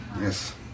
Yes